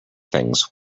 things